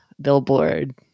Billboard